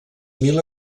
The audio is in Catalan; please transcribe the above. mil